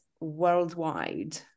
worldwide